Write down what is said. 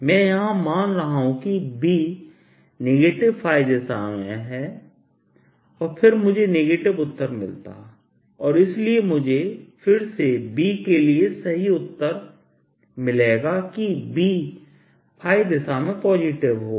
मैं यहां मान रहा हूं कि Bनेगेटिव दिशा में है और फिर मुझे नेगेटिव उत्तर मिलता है और इसलिए मुझे फिर से Bके लिए सही उत्तर मिलेगा कि B दिशा में पॉजिटिव होगा